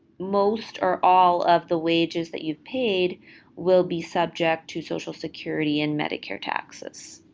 most or all of the wages that you've paid will be subject to social security and medicare taxes.